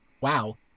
wow